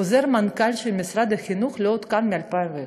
חוזר מנכ"ל של משרד החינוך לא עודכן מ-2001,